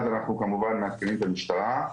ומיד אנחנו כמובן מעדכנים את המשטרה.